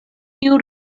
tiu